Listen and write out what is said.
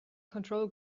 control